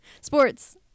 sports